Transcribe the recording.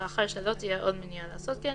לאחר שלא תהיה עוד מניעה לעשות כן,